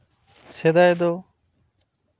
ᱥᱮᱫᱟᱭ ᱫᱚ